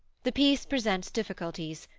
the piece presents difficulties,